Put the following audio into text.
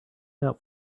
out